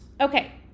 okay